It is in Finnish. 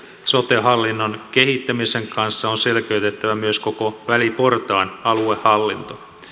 sote hallinnon kehittämisen kanssa on selkeytettävä myös koko väliportaan aluehallinto